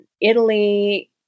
Italy